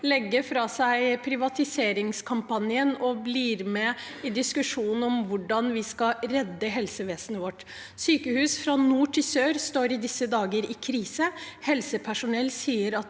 legge fra seg privatiseringskampanjen og bli med i diskusjonen om hvordan vi skal redde helsevesenet vårt. Sykehus fra nord til sør står i disse dager i krise. Helsepersonell sier at